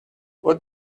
what